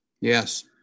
Yes